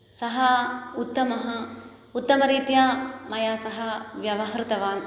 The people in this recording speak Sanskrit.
सः उत्तमः उत्तमरीत्या मया सह व्यवहृतवान्